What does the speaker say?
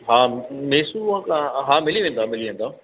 हा मेसू हा मिली वेंदो मिली वेंदो